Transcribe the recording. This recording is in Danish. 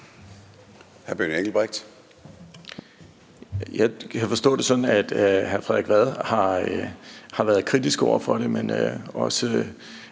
Hr. Benny Engelbrecht.